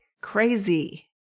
crazy